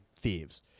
thieves